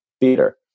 theater